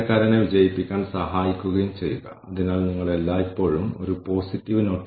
കൂടാതെ നഷ്ടപ്പെട്ട ഉപഭോക്തൃ റിപ്പോർട്ട് വികസിപ്പിക്കുക എന്നതാണ് നമ്മൾക്ക് ചെയ്യാൻ കഴിയുന്ന വികസന പ്രവർത്തനങ്ങൾ